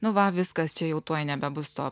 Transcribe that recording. nu va viskas čia jau tuoj nebebus to